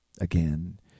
Again